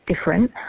different